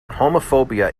homophobia